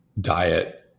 diet